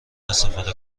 استفاده